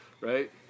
Right